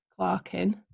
Clarkin